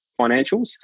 financials